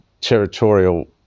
territorial